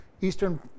eastern